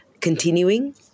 continuing